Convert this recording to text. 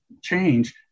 change